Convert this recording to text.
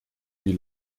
die